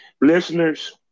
Listeners